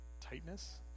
Tightness